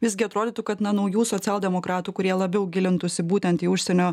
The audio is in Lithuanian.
visgi atrodytų kad na naujų socialdemokratų kurie labiau gilintųsi būtent į užsienio